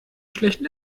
schlechten